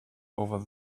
over